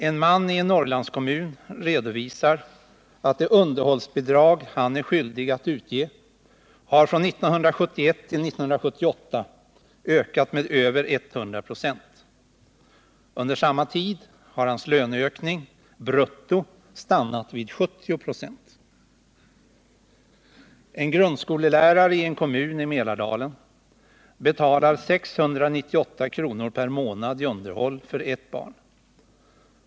En man i en Norrlandskommun redovisar att det underhållsbidrag han är skyldig att utge har från 1971 till 1978 ökat med över 100 96. Under samma tid har hans löneökning, brutto, stannat vid 70 96. En grundskolelärare i en kommun i Mälardalen betalar 698 kr. per månad i underhåll för ett barn.